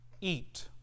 eat